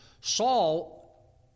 Saul